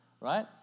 right